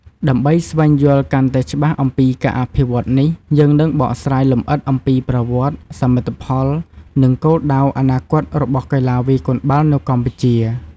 ដើម្បីស្វែងយល់កាន់តែច្បាស់អំពីការអភិវឌ្ឍន៍នេះ យើងនឹងបកស្រាយលម្អិតអំពីប្រវត្តិ សមិទ្ធផល និងគោលដៅអនាគតរបស់កីឡាវាយកូនបាល់នៅកម្ពុជា។